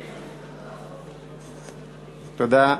תודה.